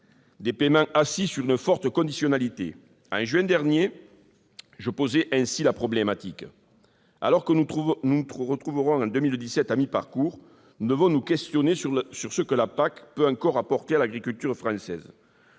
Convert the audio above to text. des paiements assis sur une forte conditionnalité. En juin dernier, je formulais ainsi la problématique : alors que nous nous trouverons en 2017 à mi-parcours, nous devons nous questionner sur ce que la PAC peut encore apporter à l'agriculture française.